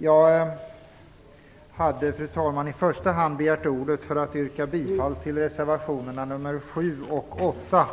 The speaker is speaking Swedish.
Jag har i första hand begärt ordet för att yrka bifall till reservationerna nr 7 och 8,